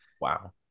Wow